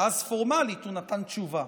ואז פורמלית הוא נתן תשובה.